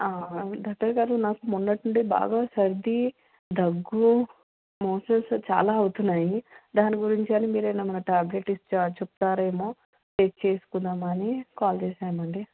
doctor గారు నాకు మొన్నటి నుండి బాగా సర్ది దగ్గు మోషన్సు చాలా అవుతున్నాయి దాని గురించి అని మీరు ఏమన్న టాబ్లెట్ ఇస్తా చెప్తారేమో తెచ్చి వేసుకుందామని కాల్ చేసాను అండి